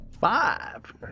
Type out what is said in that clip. Five